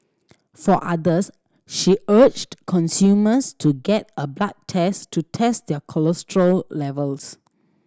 for others she urged consumers to get a blood test to test their cholesterol levels